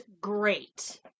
great